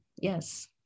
Yes